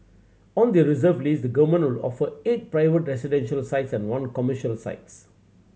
on the reserve list the government will offer eight private residential sites and one commercial sites